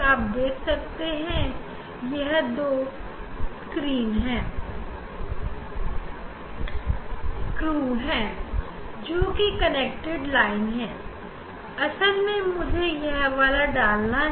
आप देख सकते हैं यहां दो पेच है जोकि रेखा से जुड़े हुए हैं